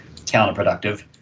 counterproductive